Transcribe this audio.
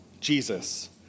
Jesus